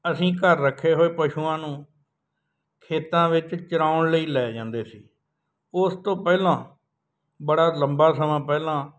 ਅਸੀਂ ਘਰ ਰੱਖੇ ਹੋਏ ਪਸ਼ੂਆਂ ਨੂੰ ਖੇਤਾਂ ਵਿੱਚ ਚੁਰਾਉਣ ਲਈ ਲੈ ਜਾਂਦੇ ਸੀ ਉਸ ਤੋਂ ਪਹਿਲਾਂ ਬੜਾ ਲੰਬਾ ਸਮਾਂ ਪਹਿਲਾਂ